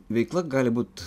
veikla gali būt